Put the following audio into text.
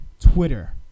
Twitter